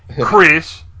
Chris